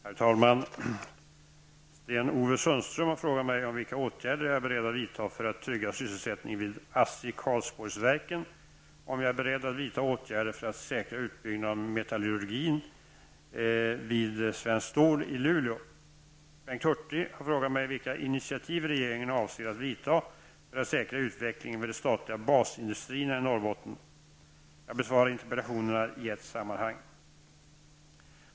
Herr talman! Sten-Ove Sundström har frågat mig om vilka åtgärder jag är beredd att vidta för att trygga sysselsättningen vid ASSI Karlsborgsverken och om jag är beredd att vidta åtgärder för att säkra utbyggnaden av metallurgin vid Svenskt Stål i Luleå. Bengt Hurtig har frågat mig vilka initiativ regeringen avser att vidta för att säkra utvecklingen vid de statliga basindustrierna i Norrbotten. Jag besvarar interpellationerna i ett sammanhang.